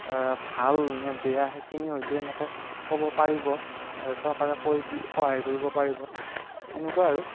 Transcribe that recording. ভাল নে বেয়া সেইখিনি হয়তু এনেকৈ ক'ব পাৰিব চৰকাৰে কৈ দি সহায় কৰিব পাৰিব এনেকুৱা আৰু